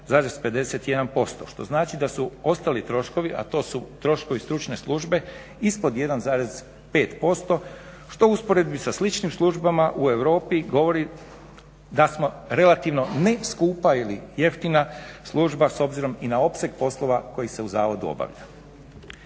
98,51% što znači da su ostali troškovi a to su troškovi stručne službe ispod 1,5% što u usporedbi sa sličnim službama u Europi govori da smo relativno ne skupa ili jeftina služba s obzirom i na opseg poslova koji se u zavodu obavlja.